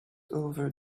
over